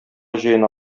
җыена